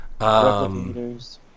Replicators